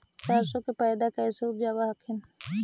सरसोबा के पायदबा कैसे उपजाब हखिन?